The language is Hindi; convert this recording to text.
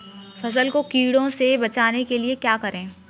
फसल को कीड़ों से बचाने के लिए क्या करें?